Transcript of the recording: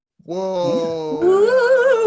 Whoa